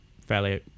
fairly